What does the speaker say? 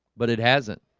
but it hasn't